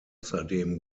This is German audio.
außerdem